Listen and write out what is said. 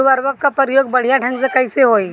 उर्वरक क प्रयोग बढ़िया ढंग से कईसे होई?